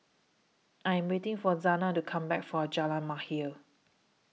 I Am waiting For Zana to Come Back from Jalan Mahir